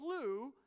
clue